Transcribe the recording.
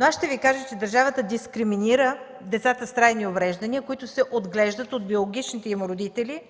Аз ще Ви кажа, че държавата дискриминира децата с трайни увреждания, които се отглеждат от биологичните им родители,